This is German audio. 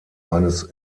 eines